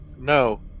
no